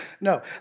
No